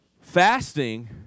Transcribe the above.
Fasting